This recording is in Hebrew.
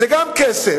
זה גם כסף,